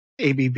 ABB